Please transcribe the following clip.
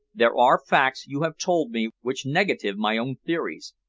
there are facts you have told me which negative my own theories,